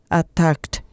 attacked